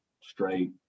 straight